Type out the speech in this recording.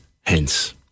hence